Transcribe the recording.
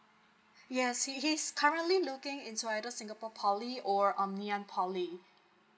yes he's he's currently looking into either singapore poly or um nan yang poly